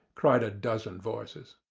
cried a dozen voices.